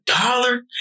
dollar